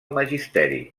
magisteri